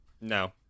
No